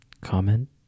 Comment